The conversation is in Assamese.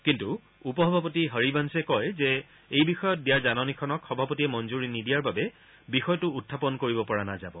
কিন্তু উপসভাপতি হৰিবংশে কয় যে এই বিষয়ত দিয়া জাননীখনক সভাপতিয়ে মঞ্জৰি নিদিয়াৰ বাবে বিষয়টো উখাপন কৰিব পৰা নাযাব